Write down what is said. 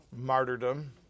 martyrdom